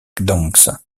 gdańsk